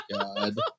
God